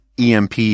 EMP